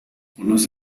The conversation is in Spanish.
conoce